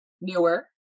newer